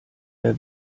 der